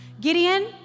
Gideon